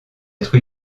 être